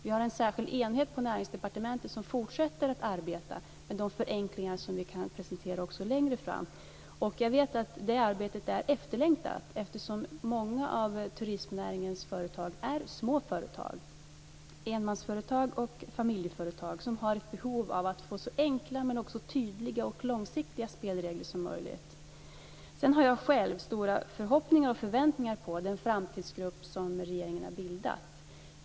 Vi har en särskild enhet på Näringsdepartementet som fortsätter att arbeta med de förenklingar som vi kan presentera längre fram. Jag vet att det arbetet är efterlängtat. Många av turistnäringens företag är små företag. Det är enmansföretag och familjeföretag som har ett behov av att få så enkla men också så tydliga och långsiktiga spelregler som möjligt. Sedan har jag själv stora förhoppningar och förväntningar på den framtidsgrupp som regeringen har bildat.